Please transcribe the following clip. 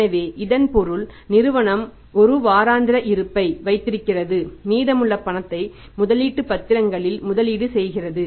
எனவே இதன் பொருள் நிறுவனம் ஒரு வாராந்திர இருப்பை வைத்திருக்கிறது மீதமுள்ள பணத்தை முதலீட்டு பத்திரங்களில் முதலீடு செய்கிறது